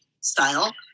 style